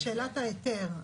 בשאלת ההיתר,